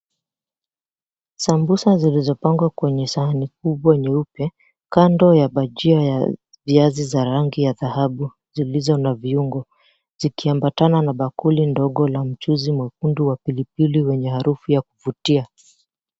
Sambusa zilizopangwa kwenye sahani kubwa nyeupe kando ya bajia ya viazi za rangi ya dhahabu zilizo na viungo zikiambatana na bakuli ndogo la mchuzi mwekundu wa pilipili wenye harufu ya kuvutia.